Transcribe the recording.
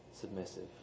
submissive